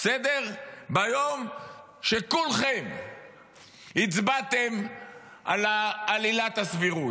ביום שכולכם הצבעתם על עילת הסבירות.